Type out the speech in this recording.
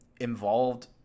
involved